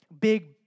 Big